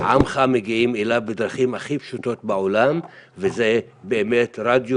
לעמך מגיעים בדרכים הכי פשוטות בעולם וזה באמת רדיו